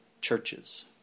churches